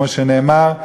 כמו שנאמר: